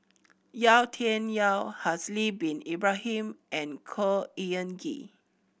Yau Tian Yau Haslir Bin Ibrahim and Khor Ean Ghee